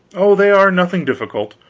oh, they are nothing difficult.